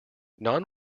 non